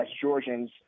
Georgians